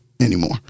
anymore